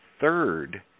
third